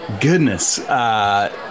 goodness